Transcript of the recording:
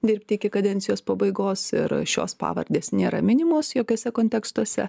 dirbti iki kadencijos pabaigos ir šios pavardės nėra minimos jokiose kontekstuose